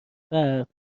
فرد